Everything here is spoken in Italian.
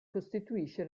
costituisce